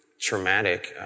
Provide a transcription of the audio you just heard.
traumatic